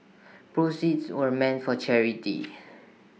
proceeds were meant for charity